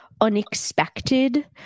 unexpected